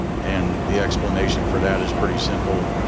and the explanation for that is pretty simple.